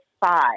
five